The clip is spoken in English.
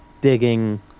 digging